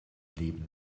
leben